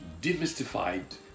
demystified